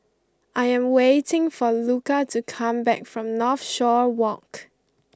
I am waiting for Luca to come back from Northshore Walk